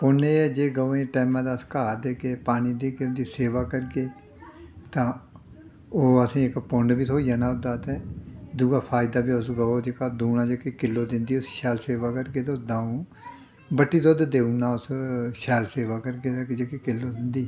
पुन्न एह् ऐ जे गउएं गी टैमे दा अस घाऽ देगे पानी देगे उं'दी सेवा करगे तां ओह् असें इक पुन्न बी थ्होई जाना ओह्दा ते दूआ फायदा बी उस गौ जेह्की दुद्ध किलो दिंदी उस्सी शैल सेवा करगे तां उस द'ऊं बट्टी दुद्ध देई ओड़ना उस शैल सेवा करगे तां जेह्की किलो दिंदी